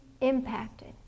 impacted